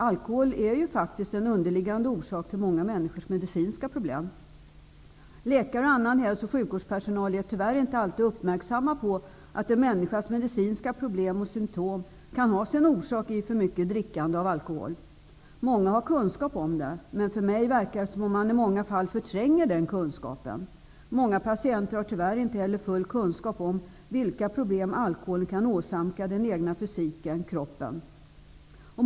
Alkohol är ju faktiskt en underliggande orsak till många människors medicinska problem. Läkare och annan hälso och sjukvårdspersonal är tyvärr inte alltid uppmärksamma på att en människas medicinska problem och symtom kan ha sin orsak i för mycket drickande av alkohol. Många har kunskap om det, men för mig verkar det som om man i många fall förtränger den kunskapen. Många patienter har tyvärr inte heller full kunskap om vilka problem alkoholen kan åsamka den egna fysiken och kroppen.